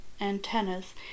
antennas